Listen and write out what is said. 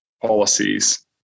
policies